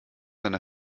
einer